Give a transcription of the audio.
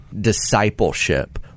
discipleship